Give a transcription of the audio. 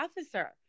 officer